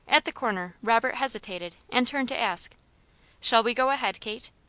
at the corner robert hesitated and turned to ask shall we go ahead, kate?